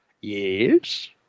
Yes